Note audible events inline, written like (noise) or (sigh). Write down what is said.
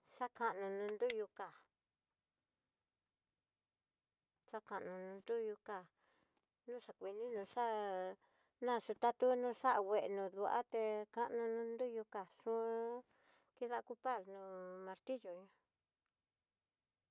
Xakano no nruyú ká, (noise) xakano no nruyú ká no xa kuinino xá'a, nayu'u n o xatutu xabueno da'até kana na nruyú ká, yun kidá kupar no martillo.